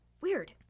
Weird